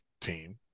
team